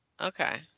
okay